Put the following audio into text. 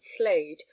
Slade